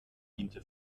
diente